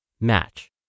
match